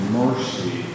mercy